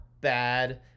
bad